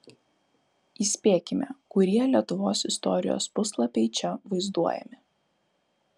įspėkime kurie lietuvos istorijos puslapiai čia vaizduojami